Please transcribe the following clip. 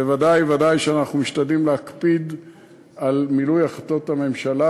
ודאי שאנחנו משתדלים להקפיד על מילוי החלטות הממשלה,